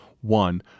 one